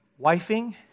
wifing